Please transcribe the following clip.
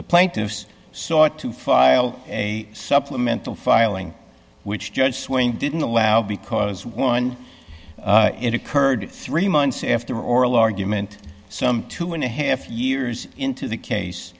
plaintiffs sought to file a supplemental filing which judge swing didn't allow because one it occurred three months after oral argument some two and a half years into the case